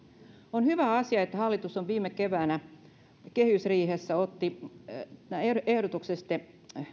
on hyvä asia että hallitus viime keväänä kehysriihessä otti rkpn ehdotuksesta